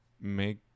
make